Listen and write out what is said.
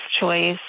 choice